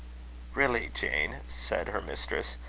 really, jane, said her mistress,